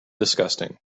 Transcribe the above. disgusting